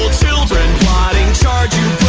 children plotting charge you,